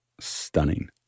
stunning